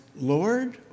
Lord